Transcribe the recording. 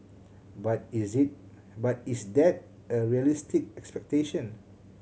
but is this but is that a realistic expectation